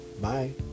Bye